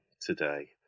today